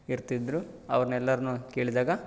ಇರ್ತಿದ್ದರು ಅವರನ್ನೆಲ್ಲರನ್ನೂ ಕೇಳಿದಾಗ